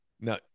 Now